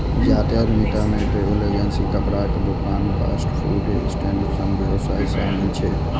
जातीय उद्यमिता मे ट्रैवल एजेंसी, कपड़ाक दोकान, फास्ट फूड स्टैंड सन व्यवसाय शामिल छै